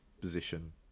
position